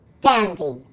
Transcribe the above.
Dandy